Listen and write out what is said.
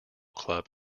club